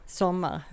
sommar